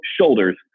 shoulders